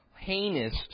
heinous